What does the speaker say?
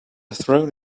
throne